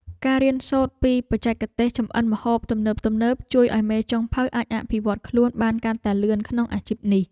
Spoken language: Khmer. ការរៀនសូត្រពីបច្ចេកទេសចម្អិនម្ហូបទំនើបៗជួយឱ្យមេចុងភៅអាចអភិវឌ្ឍខ្លួនបានកាន់តែលឿនក្នុងអាជីពនេះ។